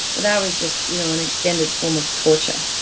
that was just you know an extended form of torture.